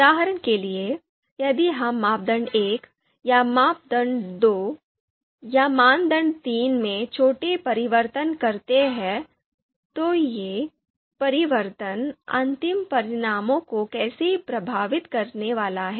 उदाहरण के लिए यदि हम मापदंड 1 या मानदंड 2 या मानदंड 3 में छोटे परिवर्तन करते हैं तो ये परिवर्तन अंतिम परिणामों को कैसे प्रभावित करने वाले हैं